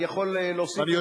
אני יכול להוסיף ולומר,